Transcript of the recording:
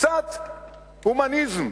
קצת הומניזם,